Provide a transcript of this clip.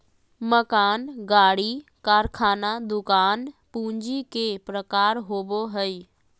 मकान, गाड़ी, कारखाना, दुकान पूंजी के प्रकार होबो हइ